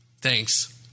Thanks